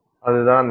அதுதான் வழி